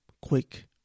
quick